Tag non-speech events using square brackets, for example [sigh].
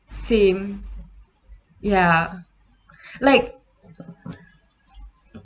same ya [breath] like